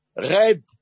Red